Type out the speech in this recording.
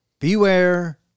Beware